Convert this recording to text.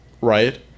Right